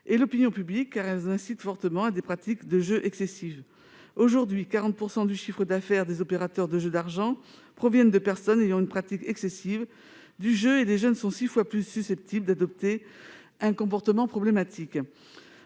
et l'opinion publique, car elles incitent fortement à des pratiques de jeu excessives. Aujourd'hui, quelque 40 % du chiffre d'affaires des opérateurs de jeux d'argent proviennent de personnes ayant une pratique excessive du jeu, et les jeunes sont six fois plus susceptibles d'adopter un comportement problématique.